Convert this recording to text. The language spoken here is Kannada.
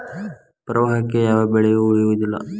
ಪ್ರವಾಹಕ್ಕೆ ಯಾವ ಬೆಳೆಯು ಉಳಿಯುವುದಿಲ್ಲಾ